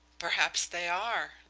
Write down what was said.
perhaps they are,